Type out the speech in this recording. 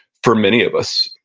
for many of us.